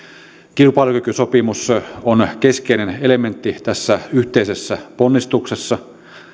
kilpailukykysopimus on keskeinen elementti tässä yhteisessä ponnistuksessa